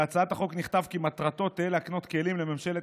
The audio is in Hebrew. בהצעת החוק נכתב כי מטרתו תהיה לקנות כלים לממשלת